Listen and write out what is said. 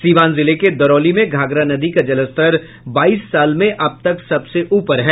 सीवान जिले के दरौली में घाघरा नदी का जलस्तर बाईस साल में अब तक सबसे ऊपर है